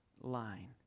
line